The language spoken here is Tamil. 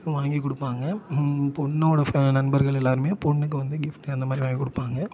வாங்கி கொடுப்பாங்க பொண்ணோட ஃப நண்பர்கள் எல்லாேருமே பொண்ணுக்கு வந்து கிஃப்ட்டு அந்த மாதிரி வாங்கி கொடுப்பாங்க